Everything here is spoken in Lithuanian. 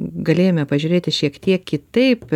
galėjome pažiūrėti šiek tiek kitaip